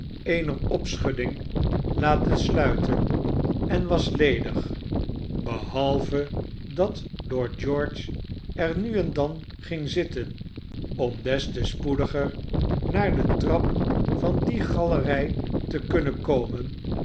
eener opschudding laten sluiten en was ledig behalve dat lord george er nu en dan ging zitten om des te spoediger naar de trap van die galerij te kunnen komen